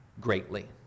greatly